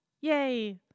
Yay